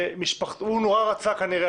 והוא נורא רצה כנראה,